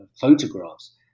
photographs